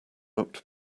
looked